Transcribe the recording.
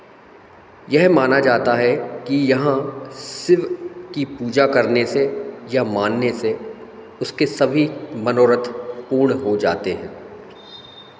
यह माना जाता है कि यहाँ शिव की पूजा करने से या मानने से उसके सभी मनोरथ पूर्ण हो जाते हैं